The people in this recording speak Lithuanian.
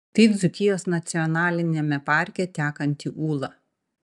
tai dzūkijos nacionaliniame parke tekanti ūla